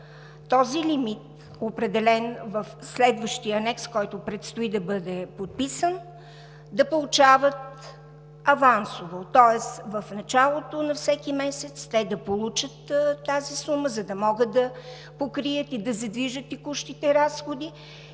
този лимит, определен в следващия анекс, който предстои да бъде подписан, да го получават авансово, тоест в началото на всеки месец те да получат тази сума, за да могат да покрият и да задвижат текущите разходи